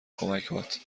کمکهات